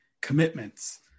commitments